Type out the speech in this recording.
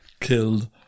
Killed